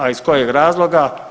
A iz kojeg razloga?